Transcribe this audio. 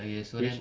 okay so then